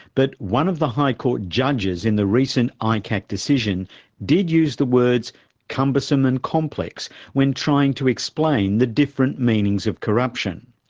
but one of the high court judges in the recent icac decision did use the words cumbersome and complex when trying to explain the different meanings of corruption.